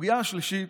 הסוגיה השלישית,